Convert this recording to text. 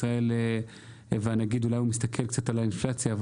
הנגיד מסתכל קצת על האינפלציה,